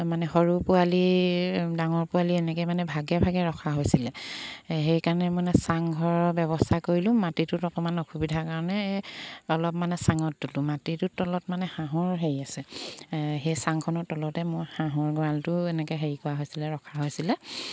মানে সৰু পোৱালি ডাঙৰ পোৱালি এনেকৈ মানে ভাগে ভাগে ৰখা হৈছিলে সেইকাৰণে মানে চাংঘৰৰ ব্যৱস্থা কৰিলোঁ মাটিটোত অকণমান অসুবিধাৰ কাৰণে অলপ মানে চাঙত তুলোঁ মাটিটোৰ তলত মানে হাঁহৰ হেৰি আছে সেই চাংখনৰ তলতে মোৰ হাঁহৰ গঁৰালটো এনেকৈ হেৰি কৰা হৈছিলে ৰখা হৈছিলে